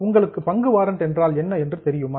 உங்களுக்கு பங்கு வாரன்ட் என்றால் என்ன என்று தெரியுமா